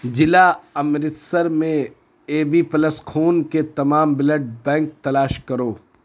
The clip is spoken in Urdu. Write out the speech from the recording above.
جلع امرتسر میں اے بی پلس خون کے تمام بلڈ بینک تلاش کرو